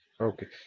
Okay